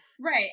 Right